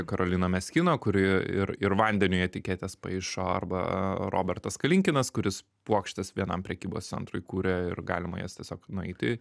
karolina meschino kuri ir ir vandeniui etiketes paišo arba robertas kalinkinas kuris puokštes vienam prekybos centrui kūrė ir galima jas tiesiog nueiti